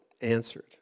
answered